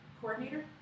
coordinator